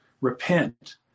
Repent